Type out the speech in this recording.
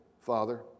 Father